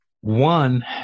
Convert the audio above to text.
one